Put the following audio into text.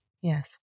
yes